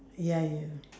ya ya